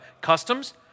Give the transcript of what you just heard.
customs